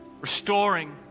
restoring